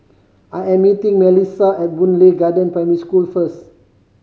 I am meeting Mellissa at Boon Lay Garden Primary School first